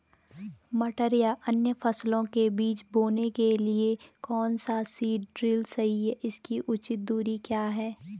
मटर या अन्य फसलों के बीज बोने के लिए कौन सा सीड ड्रील सही है इसकी उचित दूरी क्या है?